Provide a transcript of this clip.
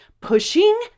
pushing